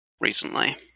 recently